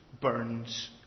burns